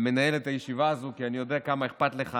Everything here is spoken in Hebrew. מנהל את הישיבה הזו, כי אני יודע כמה אכפת לך